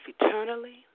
eternally